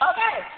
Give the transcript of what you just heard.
Okay